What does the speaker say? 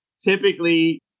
typically